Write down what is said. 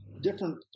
different